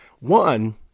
One